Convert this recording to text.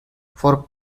for